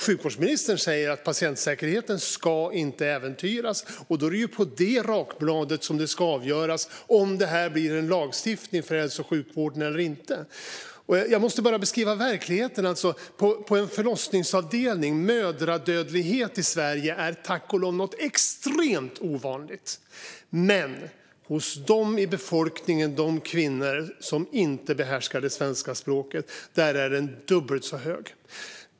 Sjukvårdsministern säger att patientsäkerheten inte ska äventyras, och då är det på det rakbladet som det ska avgöras om det här blir lagstiftning för hälso och sjukvården eller inte. Jag måste bara beskriva verkligheten på en förlossningsavdelning. Mödradödlighet är tack och lov något extremt ovanligt i Sverige, men hos de kvinnor i befolkningen som inte behärskar det svenska språket är den dubbelt så hög.